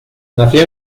nació